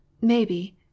maybe—